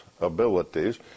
abilities